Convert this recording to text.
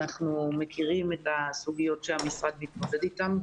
אנחנו מכירים את הסוגיות שהמשרד מתמודד איתן,